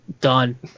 Done